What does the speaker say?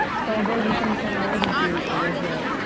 further, we see some more details over here.